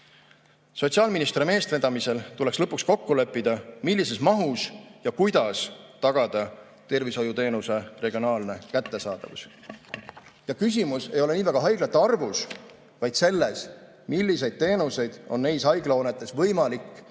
Sotsiaalministeeriumi eestvedamisel tuleks lõpuks kokku leppida, millises mahus ja kuidas tagada tervishoiuteenuse regionaalne kättesaadavus. Küsimus ei ole niivõrd haiglate arvus, vaid selles, milliseid teenuseid on neis haiglahoonetes võimalik